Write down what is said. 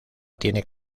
tiene